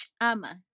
Ama